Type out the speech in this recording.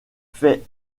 fait